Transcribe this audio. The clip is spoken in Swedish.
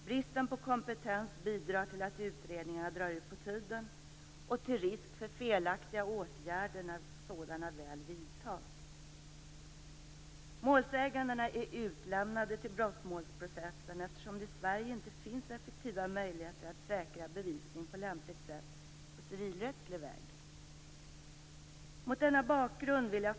Bristen på kompetens bidrar till att utredningarna drar ut på tiden och till risk för felaktiga åtgärder när sådana väl vidtas. Målsägandena är utlämnade till brottmålsprocessen, eftersom det i Sverige inte finns effektiva möjligheter att säkra bevisning på lämpligt sätt på civilrättslig väg.